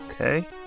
Okay